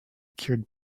cured